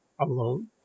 alone